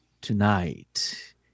Tonight